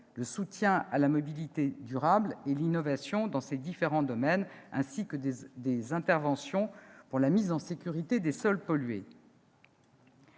le soutien à la mobilité durable et l'innovation dans ces différents domaines, ainsi que des interventions pour la mise en sécurité des sols pollués.